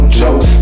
joke